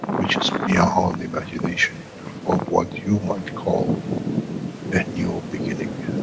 which is beyond imagination or what you might call a new beginning,